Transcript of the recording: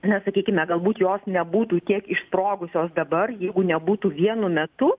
na sakykime galbūt jos nebūtų tiek išsprogusios dabar jeigu nebūtų vienu metu